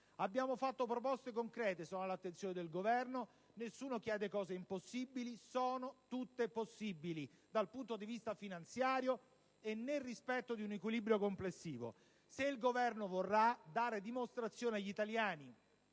Abbiamo fatto proposte concrete, e sono all'attenzione del Governo: nessuno chiede cose impossibili. Sono tutte possibili dal punto di vista finanziario, e nel rispetto di un equilibrio complessivo. Se il Governo vorrà dare dimostrazione agli italiani